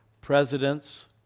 presidents